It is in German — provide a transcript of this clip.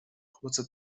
kurze